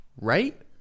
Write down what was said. right